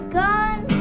gone